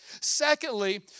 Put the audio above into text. Secondly